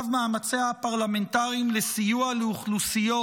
מאמציה הפרלמנטריים לסיוע לאוכלוסיות,